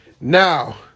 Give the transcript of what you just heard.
Now